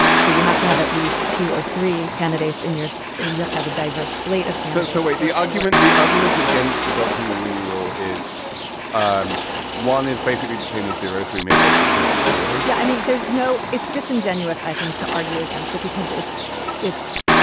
so you have to have at least two or three candidates in your. so and you have to have a diverse slate of candidates await the argument the argument against adopting the rooney rule is um one is basically the same and in three. me, if i stick with the zero yeah. i mean, there's no. it's disingenuous, i think, to argue against that because it's it's